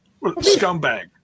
Scumbag